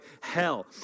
hell